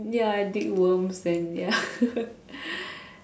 ya I dig worms then ya